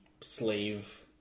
slave